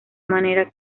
manera